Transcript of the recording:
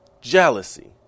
jealousy